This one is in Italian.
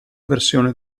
versione